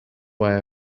why